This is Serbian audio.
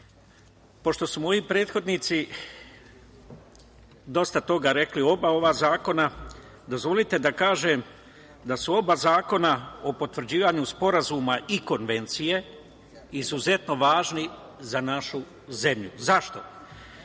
su moji prethodnici dosta toga rekli o oba ova zakona, dozvolite da kažem da su oba zakona o potvrđivanju Sporazuma i Konvencije izuzetno važni za našu zemlju. Zašto?